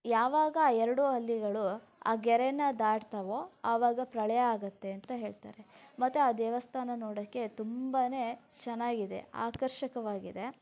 ಯಾವಾಗ ಆ ಎರಡು ಹಲ್ಲಿಗಳು ಆ ಗೆರೆನ ದಾಟ್ತವೋ ಆವಾಗ ಪ್ರಳಯ ಆಗತ್ತೆ ಅಂತ ಹೇಳ್ತಾರೆ ಮತ್ತು ಆ ದೇವಸ್ಥಾನ ನೋಡೋಕ್ಕೆ ತುಂಬ ಚೆನ್ನಾಗಿದೆ ಆಕರ್ಷಕವಾಗಿದೆ